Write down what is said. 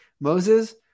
Moses